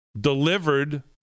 delivered